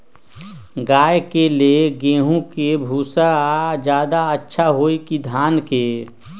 गाय के ले गेंहू के भूसा ज्यादा अच्छा होई की धान के?